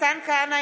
מתן כהנא,